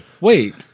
Wait